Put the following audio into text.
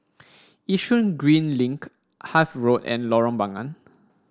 Yishun Green Link Hythe Road and Lorong Bunga